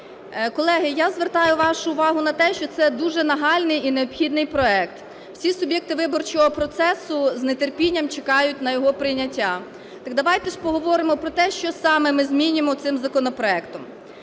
Колеги, я звертаю вашу увагу на те, що це дуже нагальний і необхідний проект, всі суб'єкти виборчого процесу з нетерпінням чекають на його прийняття. Так давайте ж поговоримо про те, що саме ми змінюємо цим законопроектом.